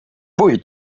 pfui